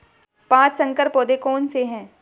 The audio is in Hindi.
पाँच संकर पौधे कौन से हैं?